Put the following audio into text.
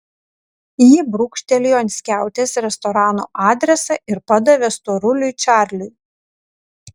ji brūkštelėjo ant skiautės restorano adresą ir padavė storuliui čarliui